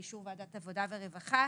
באישור ועדת עבודה ורווחה,